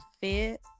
fit